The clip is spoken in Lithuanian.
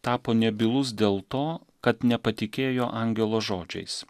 tapo nebylus dėl to kad nepatikėjo angelo žodžiais